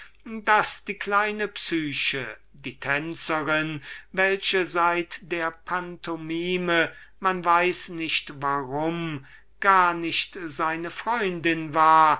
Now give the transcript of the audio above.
daß die kleine psyche die tänzerin welche seit der pantomime man weiß nicht warum gar nicht seine freundin war